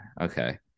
okay